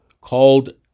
Called